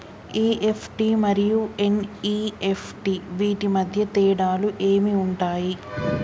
EFT మరియు NEFT వీటి మధ్య తేడాలు ఏమి ఉంటాయి?